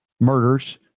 murders